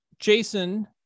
Jason